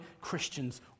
Christians